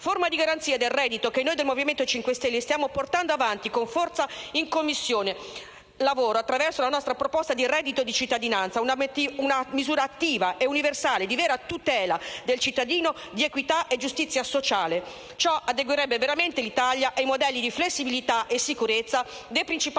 forma di garanzia del reddito che noi del Movimento 5 Stelle stiamo portando avanti con forza in Commissione lavoro attraverso la nostra proposta di reddito di cittadinanza. Si tratta di una misura attiva e universale di vera tutela del cittadino, di equità e giustizia sociale. Ciò adeguerebbe veramente l'Italia ai modelli di flessibilità e sicurezza dei principali